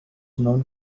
known